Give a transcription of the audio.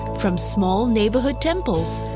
from small neighborhood temples,